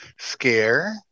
scare